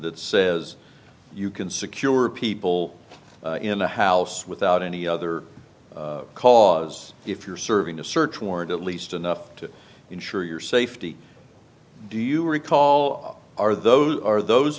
that says you can secure people in a house without any other cause if you're serving a search warrant at least enough to ensure your safety do you recall are those are those